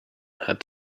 had